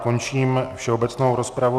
Končím všeobecnou rozpravu.